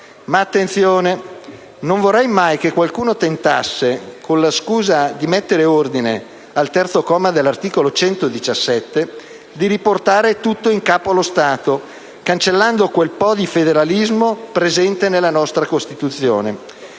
Ma attenzione! Non vorrei mai che qualcuno tentasse, con la scusa di mettere ordine al terzo comma dell'articolo 117 della Costituzione, di riportare tutto in capo allo Stato cancellando quel po' di federalismo presente nella nostra Costituzione.